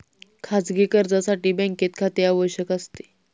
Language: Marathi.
खाजगी कर्जासाठी बँकेत खाते आवश्यक असते